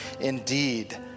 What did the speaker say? Indeed